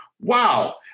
wow